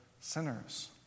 sinners